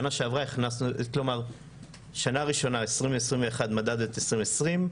שנה ראשונה, 2021 מדד את 2020,